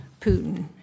Putin